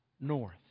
North